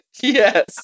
Yes